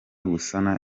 gusana